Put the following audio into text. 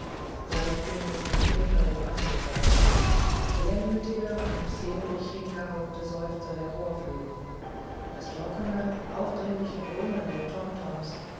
leichtsinniges geklimper der banjosaiten schwermütig und sehnlich hingehauchte seufzer der rohrflöten das trockene aufdringliche dröhnen der tomtoms